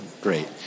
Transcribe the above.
great